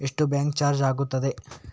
ಎಷ್ಟು bank charge ಆಗುತ್ತದೆ?